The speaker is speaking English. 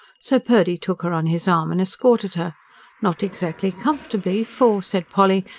so purdy took her on his arm and escorted her not exactly comfortably for, said polly,